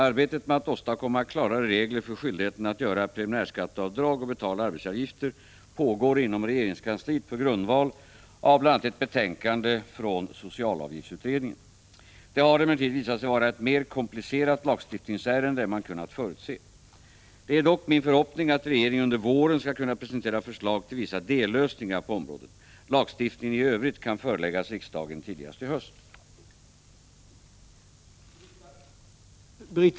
Arbetet med att åstadkomma klarare regler för skyldigheten att göra preliminärskatteavdrag och betala arbetsgivaravgifter pågår inom regeringskansliet på grundval av bl.a. ett betänkande från socialavgiftsutredningen. Det har emellertid visat sig vara ett mer komplicerat lagstiftningsärende än man kunnat förutse. Det är dock min förhoppning att regeringen under våren skall kunna presentera förslag till vissa dellösningar på området. Lagstiftningen i övrigt kan föreläggas riksdagen tidigast i höst.